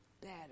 better